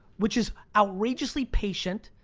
which is outrageously patient,